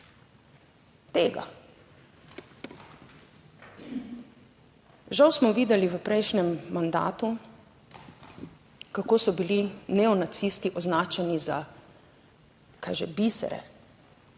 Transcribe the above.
tega. Žal smo videli v prejšnjem mandatu, kako so bili neonacisti označeni za, kaj že, bisere.